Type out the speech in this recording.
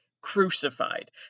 crucified